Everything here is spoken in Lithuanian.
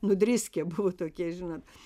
nudriskę buvo tokie žinot